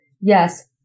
yes